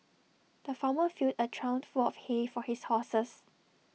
the farmer filled A trough full of hay for his horses